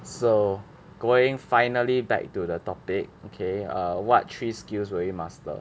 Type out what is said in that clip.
so going finally back to the topic okay err what three skills will you master